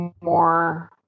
more